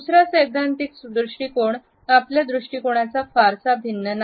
दुसरा सैद्धांतिक दृष्टिकोन पहिल्या दृष्टिकोनाच्या फारसा भिन्न नाही